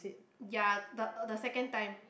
ya the the second time